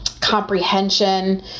comprehension